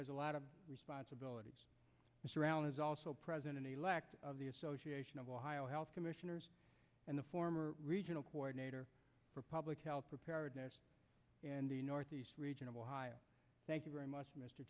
as a lot of responsibility and surround is also president elect of the association of ohio health commissioner and the former regional coordinator for public health preparedness and the northeast region of ohio thank you very much mr